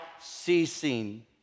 ceasing